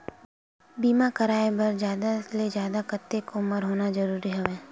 बीमा कराय बर जादा ले जादा कतेक उमर होना जरूरी हवय?